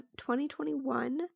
2021